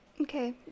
okay